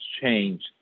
change